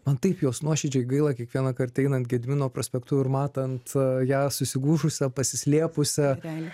man taip jos nuoširdžiai gaila kiekvienąkart einant gedimino prospektu ir matant ją susigūžusią pasislėpusią